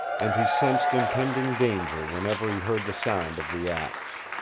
and he sensed impending danger whenever he heard the sound of the axe.